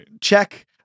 check